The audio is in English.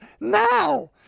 now